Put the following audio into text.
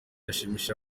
yashimishije